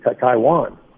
Taiwan